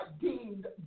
deemed